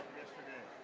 yesterday